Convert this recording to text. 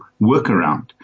workaround